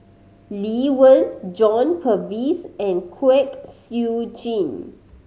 Lee Wen John Purvis and Kwek Siew Jin